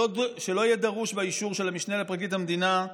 שלא יהיה דרוש בה אישור של המשנה לפרקליט המדינה,